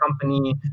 company